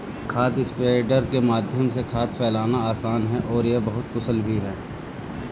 खाद स्प्रेडर के माध्यम से खाद फैलाना आसान है और यह बहुत कुशल भी है